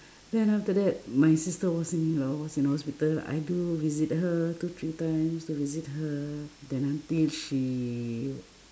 then after that my sister was in you know was in the hospital I do visit her two three times to visit her then until she